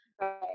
Right